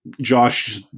Josh